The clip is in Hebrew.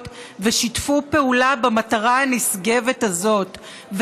ושיתפו פעולה במטרה הנשגבת הזאת.